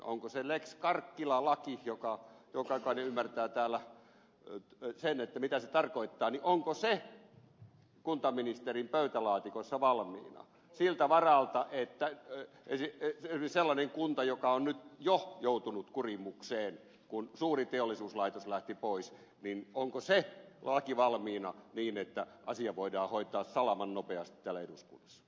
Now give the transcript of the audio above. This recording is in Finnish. onko se lex karkkila laki jokainen ymmärtää täällä sen mitä se tarkoittaa kuntaministerin pöytälaatikossa valmiina siltä varalta että sellaisen kunnan asia joka on nyt jo joutunut kurimukseen kun suuri teollisuuslaitos lähti pois niin onko se vaati valmiina niin että asia voidaan hoitaa salamannopeasti täällä eduskunnassa